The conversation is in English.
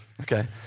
Okay